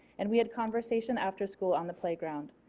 and we had conversation after school on the playground.